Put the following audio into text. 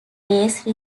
race